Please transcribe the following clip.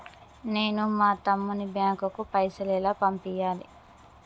నేను మా తమ్ముని బ్యాంకుకు పైసలు ఎలా పంపియ్యాలి?